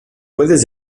puedes